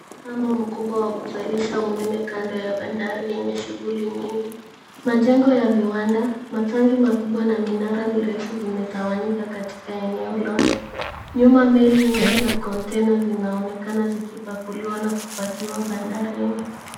Mtambo mkubwa wa kuzalisha umeme kando ya bandari yenye shughuli mingi. Majengo ya viwanda, matangi makubwa na minara mirefu zimetawanyika katika eneo lote. Nyuma meli nyingi na kontena zinaonekana zikipakuliwa na kupakiwa bandarini.